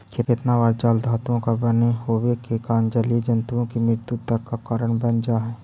केतना बार जाल धातुओं का बने होवे के कारण जलीय जन्तुओं की मृत्यु तक का कारण बन जा हई